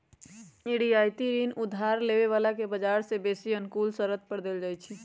रियायती ऋण उधार लेबे बला के बजार से बेशी अनुकूल शरत पर देल जाइ छइ